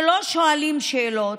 שלא שואלים שאלות?